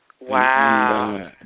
Wow